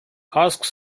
asks